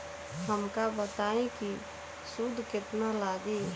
हमका बताई कि सूद केतना लागी?